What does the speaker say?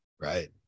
Right